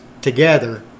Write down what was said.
together